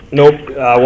nope